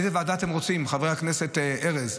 איזו ועדה אתם רוצים, חבר הכנסת ארז?